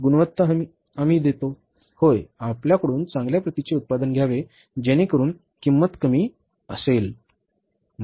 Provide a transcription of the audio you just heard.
गुणवत्ता हमी आम्ही देतो होय आपल्याकडून चांगल्या प्रतीचे उत्पादन घ्यावे जेणेकरून किंमत कमी असेल